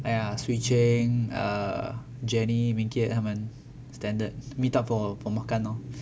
!aiya! swee cheng(err) jenny minkiat 他们 standard meet up for err for makan lor